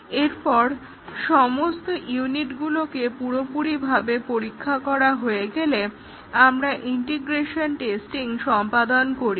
একবার সমস্ত ইউনিটগুলোকে পুরোপুরিভাবে পরীক্ষা করা হয়ে গেলে আমরা ইন্টিগ্রেশন টেস্টিং সম্পন্ন করি